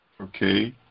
okay